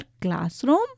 classroom